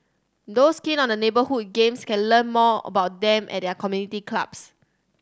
those keen on the neighbourhood games can learn more about them at their community clubs